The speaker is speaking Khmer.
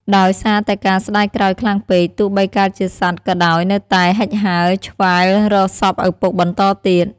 ដោយសារតែការស្ដាយក្រោយខ្លាំងពេក ទោះបីកើតជាសត្វក៏ដោយនៅតែហិចហើរឆ្វែលរកសពឪពុកបន្តទៀត។